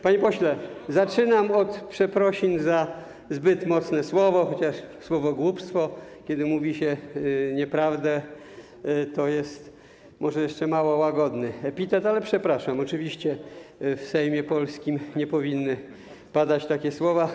Panie pośle, zaczynam od przeprosin za zbyt mocne słowo, chociaż słowo: głupstwo, kiedy mówi się nieprawdę, to jest może jeszcze łagodny epitet, ale przepraszam, oczywiście w polskim Sejmie nie powinny padać takie słowa.